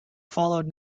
followed